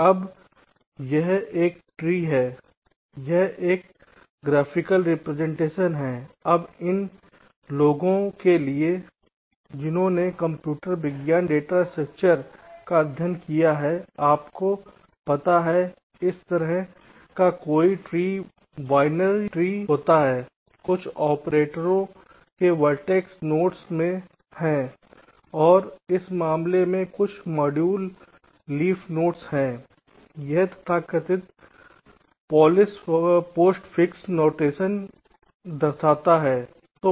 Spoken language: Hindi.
अब यह एक ट्री है यह एक ग्राफिकल रिप्रेजेंटेशन है अब उन लोगों के लिए जिन्होंने कंप्यूटर विज्ञान डेटा स्ट्रक्चर का अध्ययन किया है आपको पता है कि इस तरह का कोई भी ट्री बाइनरी ट्री है कुछ ऑपरेटरों के वर्टेक्स नोड्स में है और इस मामले में कुछ मॉड्यूल लीफ नोड्स हैं यह तथाकथित पॉलिश पोस्टफिक्स नोटेशन में दर्शाया जा सकता है